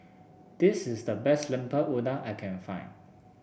this is the best Lemper Udang I can find